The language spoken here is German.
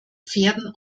pferden